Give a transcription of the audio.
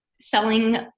selling